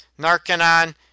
Narcanon